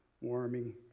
warming